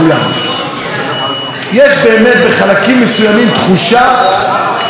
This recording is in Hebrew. יש באמת בחלקים מסוימים תחושה שדווקא לא כל כך רע,